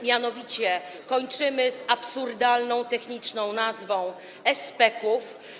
Mianowicie kończymy z absurdalną techniczną nazwą SPK.